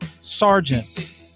Sergeant